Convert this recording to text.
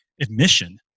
admission